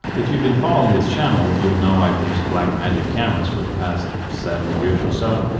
if you've been following this channel you'll know i've used blackmagic cameras for the past seven years or so.